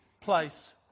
place